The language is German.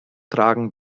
tragen